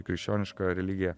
krikščioniška religija